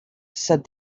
said